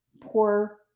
poor